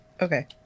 Okay